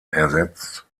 ersetzt